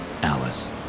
Alice